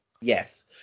Yes